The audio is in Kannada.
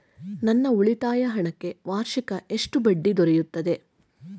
ನನ್ನ ಉಳಿತಾಯ ಹಣಕ್ಕೆ ವಾರ್ಷಿಕ ಎಷ್ಟು ಬಡ್ಡಿ ದೊರೆಯುತ್ತದೆ?